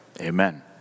Amen